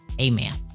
Amen